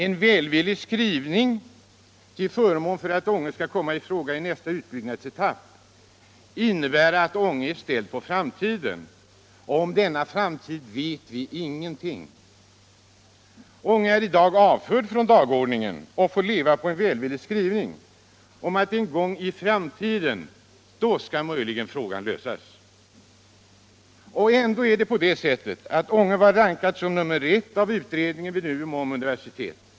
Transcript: En välvillig skrivning till förmån för att Ånge skall komma i fråga i nästa utbyggnadsetapp innebär att Ånge är ställt på framtiden, och om denna framtid vet vi ingenting. Ånge är i dag avfört från dagordningen och får leva på en välvillig skrivning om att en gång i framtiden skall frågan möjligen lösas. Och ändå är det på det sättet att Ånge var rankat som nr 1 av utredningen vid Umeå universitet.